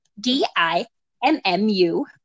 D-I-M-M-U